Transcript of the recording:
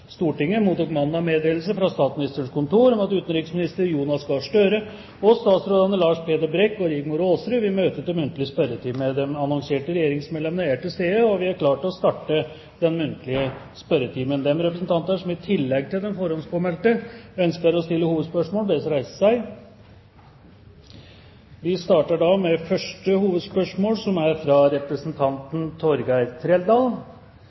annonserte regjeringsmedlemmene er til stede, og vi er klare til å starte den muntlige spørretimen. De representanter som i tillegg til de forhåndspåmeldte ønsker å stille hovedspørsmål, bes om å reise seg. Vi starter da med første hovedspørsmål, fra representanten Torgeir Trældal. Jeg ønsker å stille spørsmål til statsråd Brekk. Det er